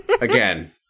again